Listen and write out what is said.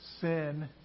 sin